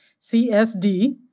CSD